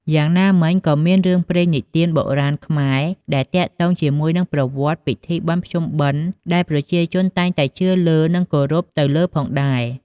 យ៉ាងណាមិញក៏មានរឿងព្រេងនិទានបុរាណខ្មែរ ដែលទាក់ទងជាមួយនឹងប្រវតិ្តពីធិបុណ្យភ្ជុំបិណ្ឌដែលប្រជាជនតែងតែជឿលើនិងគោរពទៅលើផងដែរ។